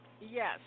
Yes